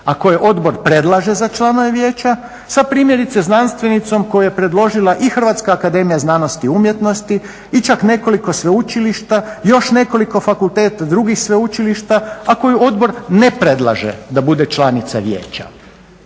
a koje odbor predlaže za članove vijeća sa primjerice znanstvenicom koju je predložila i HAZU i čak nekoliko sveučilišta, još nekoliko fakulteta drugih sveučilišta, a koju odbor ne predlaže da bude članica vijeća.